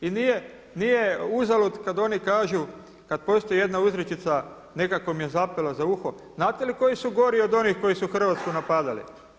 I nije, nije uzalud kada oni kažu, kada postoji jedna uzrečica, nekako mi je zapela za uho, znate li koji su gori od onih koji su Hrvatsku napadali?